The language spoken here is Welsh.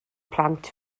plant